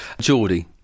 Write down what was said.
Geordie